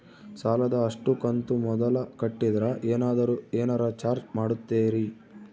ಸಾಲದ ಅಷ್ಟು ಕಂತು ಮೊದಲ ಕಟ್ಟಿದ್ರ ಏನಾದರೂ ಏನರ ಚಾರ್ಜ್ ಮಾಡುತ್ತೇರಿ?